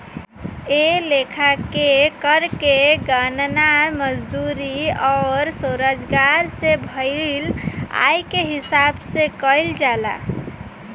ए लेखा के कर के गणना मजदूरी अउर स्वरोजगार से भईल आय के हिसाब से कईल जाला